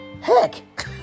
Heck